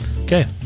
Okay